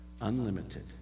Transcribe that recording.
unlimited